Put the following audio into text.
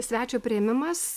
svečio priėmimas